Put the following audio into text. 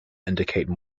indicate